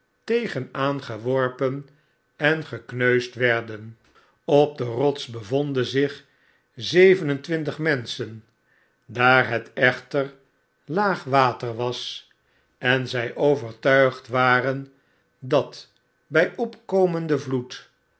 tegen aangeworpen en gekneusd werden op de rots bevonden zich zeven en twintig menschen daar het echter laag water was en zy overtuigd waren dat bij opkomenden vloed